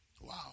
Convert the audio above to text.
Wow